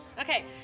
Okay